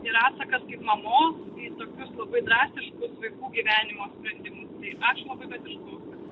ir atsakas kaip mamos į tokius labai drastiškus vaikų gyvenimo sprendimus ačiū labai kad išklausėt